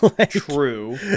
True